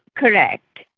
correct.